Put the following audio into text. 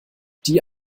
die